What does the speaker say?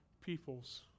peoples